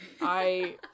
I-